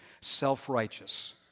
self-righteous